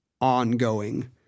ongoing